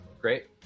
Great